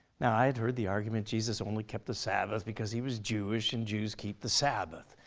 now i had heard the argument jesus only kept the sabbath because he was jewish and jews keep the sabbath.